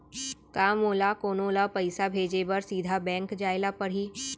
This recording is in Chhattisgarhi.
का मोला कोनो ल पइसा भेजे बर सीधा बैंक जाय ला परही?